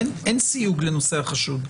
אין סיוג לנושא החשוד.